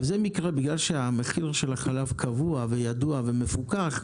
בגלל שהמחיר של החלב קבוע ידוע ומפוקח,